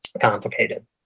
Complicated